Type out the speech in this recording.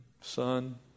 Son